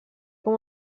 com